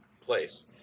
place